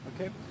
okay